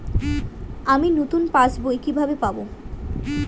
আমি নতুন পাস বই কিভাবে পাব?